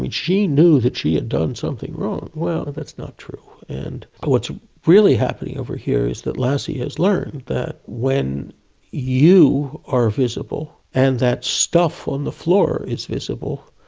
and she knew that she had done something wrong. well, that's not true. and but what's really happening over here is that lassie has learned that when you are visible and that stuff on the floor is visible,